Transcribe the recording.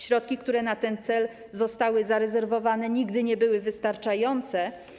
Środki, które na ten cel zostały zarezerwowane, nigdy nie były wystarczające.